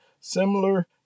similar